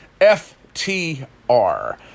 FTR